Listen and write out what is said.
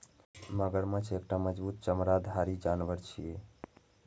मगरमच्छ एकटा मजबूत चमड़ाधारी जानवर छियै